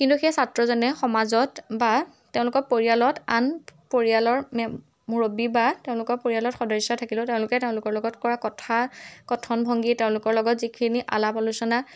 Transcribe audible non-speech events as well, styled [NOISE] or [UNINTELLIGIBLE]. কিন্তু সেই ছাত্ৰজনে সমাজত বা তেওঁলোকৰ পৰিয়ালত আন পৰিয়ালৰ [UNINTELLIGIBLE] মুৰব্বী বা তেওঁলোকৰ পৰিয়ালত সদস্য থাকিলেও তেওঁলোকে তেওঁলোকৰ লগত কৰা কথা কথনভংগী তেওঁলোকৰ লগত যিখিনি আলাপ আলোচনা